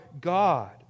God